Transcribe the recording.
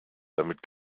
damit